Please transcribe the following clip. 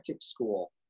school